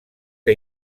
que